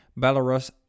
Belarus